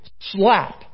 slap